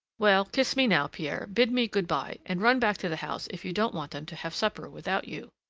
well, kiss me now, pierre, bid me good-by, and run back to the house if you don't want them to have supper without you.